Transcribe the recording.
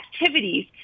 activities